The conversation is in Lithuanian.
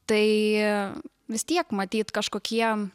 tai vis tiek matyt kažkokie